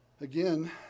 Again